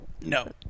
No